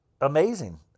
Amazing